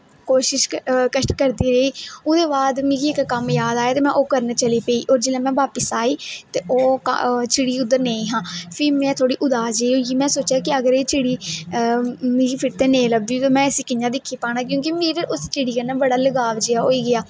कोशिश कष्ट करदी रेही ओहदे बाद मिगी इक कम्म याद आया ते में ओह् करन चली पेई ओह जिसले में बापिस आई ते ओह् चिड़ी उद्धर नेईं ही फिर में थोह्ड़ी उदास जेही होई गेई में सोचेआ कि अगर एह् चिड़ी मिगी फिर नेईं लब्भी ते में इसी कियां दिक्खी पाना क्योकि में ते उस चिड़ी कन्नै बड़ा लाभ जेहा होई गेआ